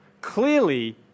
Clearly